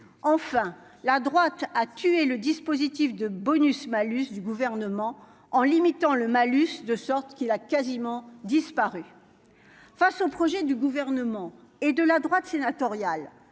enfin, la droite a tué le dispositif de bonus-malus du gouvernement en limitant le malus, de sorte qu'il a quasiment disparu face au projet du gouvernement et de la droite sénatoriale,